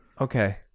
Okay